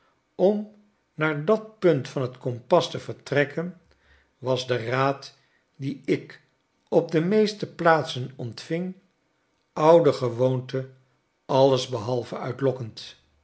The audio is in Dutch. om naar dat punt van t kompas te vertrekken was de raad dien ik op de meeste plaatsen ontving oudergewoonte alles behalve uitlokkend